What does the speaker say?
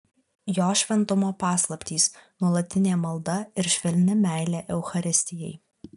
jo šventumo paslaptys nuolatinė malda ir švelni meilė eucharistijai